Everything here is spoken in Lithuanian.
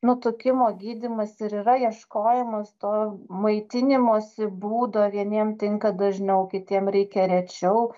nutukimo gydymas ir yra ieškojimas to maitinimosi būdo vieniem tinka dažniau kitiem reikia rečiau